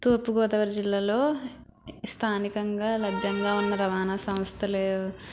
తూర్పుగోదావరి జిల్లాలో స్థానికంగా లభ్యంగా ఉన్న రవాణా సంస్థలు